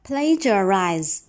Plagiarize